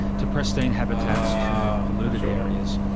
to pristine habitats, to polluted areas.